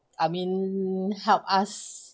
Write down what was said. I mean help us